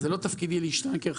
אז לא תפקידי להשתנקר,